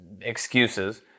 excuses